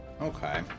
Okay